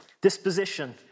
disposition